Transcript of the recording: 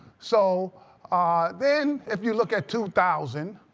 so then if you look at two thousand,